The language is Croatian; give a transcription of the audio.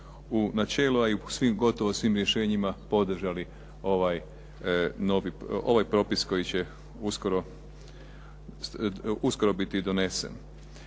u načelu a i u svim gotovo svim rješenjima podržali ovaj novi, ovaj propis koji će uskoro biti donesen.